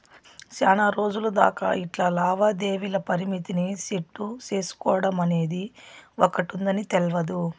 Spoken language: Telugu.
సేనారోజులు దాకా ఇట్లా లావాదేవీల పరిమితిని సెట్టు సేసుకోడమనేది ఒకటుందని తెల్వదు